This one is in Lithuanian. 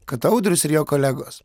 kad audrius ir jo kolegos